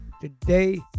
today